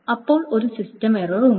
അപ്പോൾ ഒരു system error ഉണ്ട്